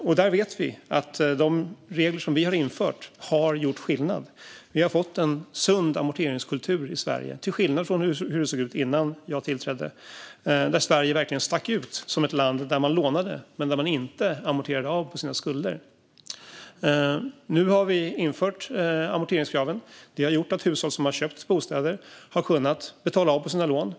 Vi vet att de regler som vi har infört har gjort skillnad. Vi har fått en sund amorteringskultur i Sverige, till skillnad från hur det såg ut innan jag tillträdde och Sverige verkligen stack ut som ett land där man lånade men inte amorterade av på sina skulder. Nu har vi infört amorteringskraven. Det har gjort att hushåll som har köpt bostäder har kunnat betala av på sina lån.